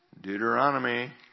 Deuteronomy